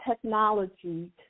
technology